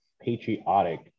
patriotic